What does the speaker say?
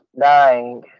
dying